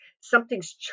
something's